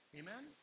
amen